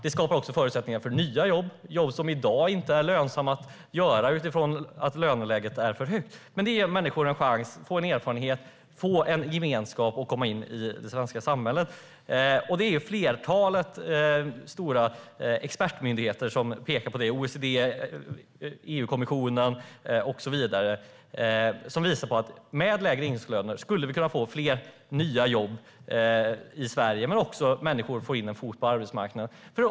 Det skapar också förutsättningar för nya jobb, jobb som i dag inte är lönsamma att utföra utifrån att löneläget är för högt. Det ger människor en chans att få en erfarenhet, uppleva en gemenskap och komma in i det svenska samhället. Flertalet stora expertmyndigheter - OECD, EU-kommissionen och så vidare - pekar på det. Med lägre ingångslöner skulle vi kunna få fler nya jobb i Sverige samtidigt som människor får in en fot på arbetsmarknaden.